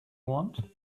want